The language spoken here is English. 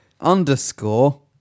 underscore